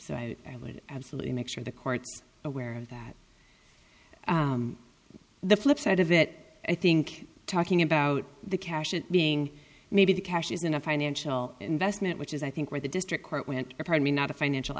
so i would absolutely make sure the court's aware of that the flipside of that i think talking about the cash it being maybe the cash is in a financial investment which is i think where the district court went apparently not a financial